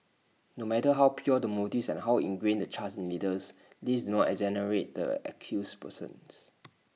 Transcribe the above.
no matter how pure the motives and how ingrained the trust in leaders these do not exonerate the accused persons